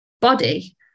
body